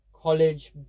college